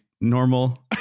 normal